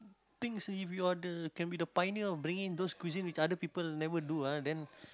things if you are the can be the pioneer of bringing those cuisines which other people never do ah then